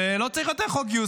ולא צריך יותר חוק גיוס.